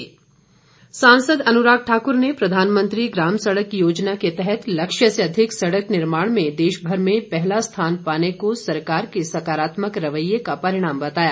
अनूराग सांसद अनुराग ठाकुर ने प्रधानमंत्री ग्राम सड़क योजना के तहत लक्ष्य से अधिक सड़क निर्माण में देश भर में पहला स्थान पाने को सरकार के सकारात्मक रवैये का परिणाम बताया